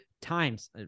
times